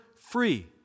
free